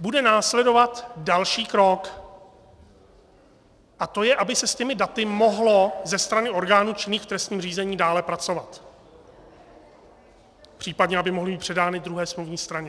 bude následovat další krok, a to je, aby se s těmi daty mohlo ze strany orgánů činných v trestním řízení dále pracovat, případně aby mohly být předány druhé smluvní straně.